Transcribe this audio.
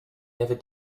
never